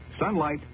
sunlight